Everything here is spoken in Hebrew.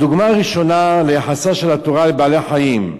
הדוגמה הראשונה ליחסה של התורה לבעלי-חיים,